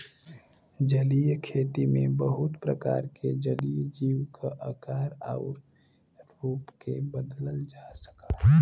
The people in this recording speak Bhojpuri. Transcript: जलीय खेती में बहुत प्रकार के जलीय जीव क आकार आउर रूप के बदलल जा सकला